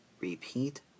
repeat